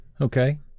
okay